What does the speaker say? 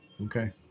okay